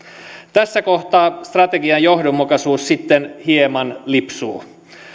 tässä kohtaa strategian johdonmukaisuus sitten hieman lipsuu